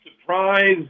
surprise –